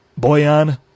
Boyan